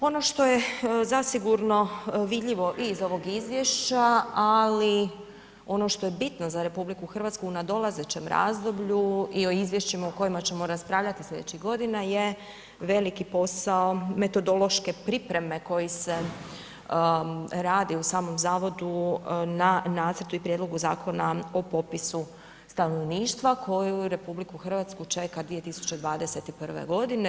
Ono što je zasigurno vidljivo i iz ovog izvješća ali i ono što je bitno za RH u nadolazećem razdoblju i o izvješćima o kojima ćemo raspravljati sljedećih godina je veliki posao metodološke pripreme koji se radi u samom Zavodu na Nacrtu i prijedlogu Zakona o popisu stanovništva koji RH čeka 2021. godine.